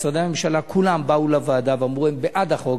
משרדי הממשלה כולם באו לוועדה ואמרו שהם בעד החוק,